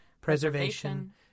preservation